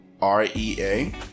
R-E-A